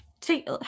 take